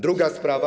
Druga sprawa.